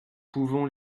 pouvons